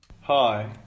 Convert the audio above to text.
Hi